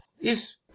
Yes